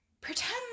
pretend